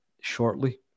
shortly